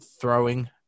throwing –